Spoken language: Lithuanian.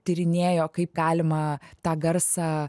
tyrinėjo kaip galima tą garsą